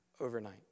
overnight